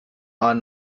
are